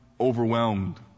overwhelmed